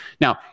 Now